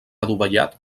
adovellat